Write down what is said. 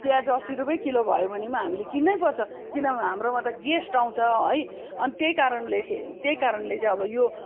प्याज असी रुपियाँ किलो भए पनि किन्नै पर्छ किनभने हाम्रोमा त गेस्ट आउँछ है त्यही कारणले त्यही कारणले चाहिँ अब यो